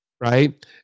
Right